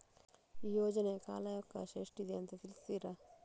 ಈ ಯೋಜನೆಯ ಕಾಲವಕಾಶ ಎಷ್ಟಿದೆ ಅಂತ ತಿಳಿಸ್ತೀರಾ?